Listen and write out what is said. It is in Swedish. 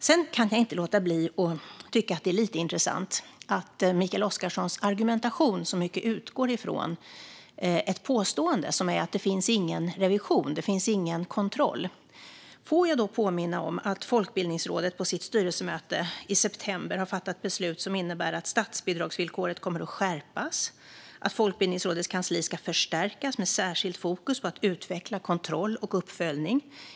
Jag kan inte låta bli att tycka att det är lite intressant att Mikael Oscarssons argumentation så mycket utgår från påståendet att det inte finns någon revision eller kontroll. Låt mig då påminna om att Folkbildningsrådet på sitt styrelsemöte i september fattade beslut som innebär att statsbidragsvillkoret kommer att skärpas och att Folkbildningsrådets kansli ska förstärkas med särskilt fokus på att utveckla kontroll och uppföljning.